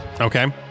Okay